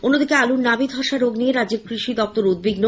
অন্যদিকে আলুর নাবিধ্বসা রোগ নিয়ে রাজ্যের কৃষিদপ্তর উদ্বিগ্ন